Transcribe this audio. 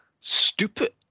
stupid